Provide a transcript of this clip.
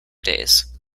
days